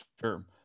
Sure